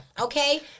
okay